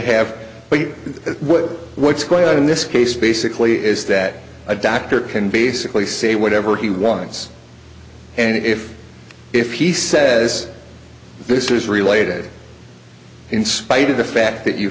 have what what's going on in this case basically is that a doctor can basically say whatever he wants and if if he says this is related in spite of the fact that you